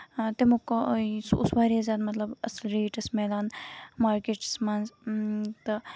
تَمیُک کو سُہ اوس واریاہ زیادٕ مطلب اَصٕل ریٹ ٲسۍ مِلان مارکیٹَس منٛز تہٕ